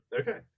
okay